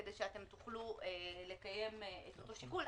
כדי שאתם תוכלו לקיים את אותו שיקול.